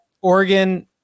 Oregon